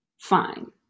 fine